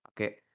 okay